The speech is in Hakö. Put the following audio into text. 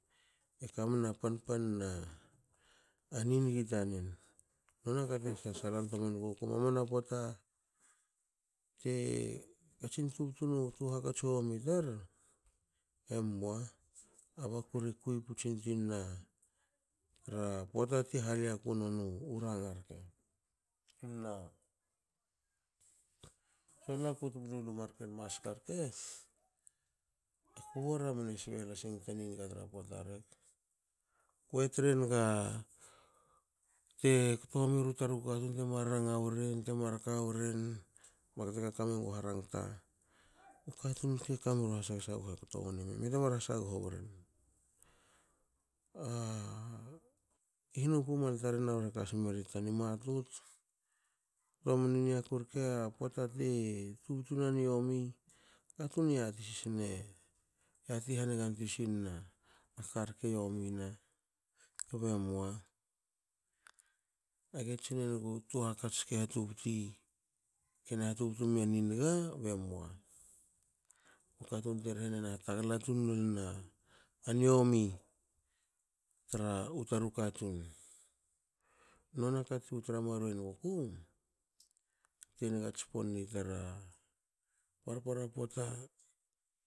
E kamna pan panna ni nigi tanen nona ka te sasalan toa menguku mamana pota. te katsin tubtu twu hakats u womi tar emua a bakur e kui putsin tinna tra pota ti haliaku nonu ranga rke. Na solna ku tumnu lu marken maska rke ku bara mne sbe laha sengi ta niniga tra puta rek. Kue tre naga te kto homiru taru katun temar rantga woren temar ka woren bakte kaka menugu harangta u katun rke kameru has hasongo ke koto wni me? Mte mar hasagho woren?A i hunu pumal taren eka smeri ta ni matut? Tromni niaku rke a pota te tubutu na niomi katun e yati sil sne yati hanigan tui sinna karke yomina kbe mua. age tsinenga twu hakats ke hatubuti kena hatubtu mia ni niga be mua. u katun te rehene naha tagala tun lolna a niomi tra u taru katun. nona kati tra maruei enuguku te niga tsponni tar a parpara pota